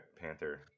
Panther